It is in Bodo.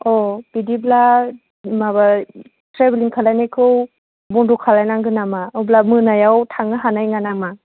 अ बिदिब्ला माबा ट्रेभिलिं खालामनायखौ बन्द' खालामनांगोन नामा अब्ला मोनायाव थांनो हानाय नङा नामा